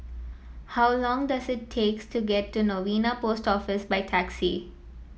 how long does it takes to get to Novena Post Office by taxi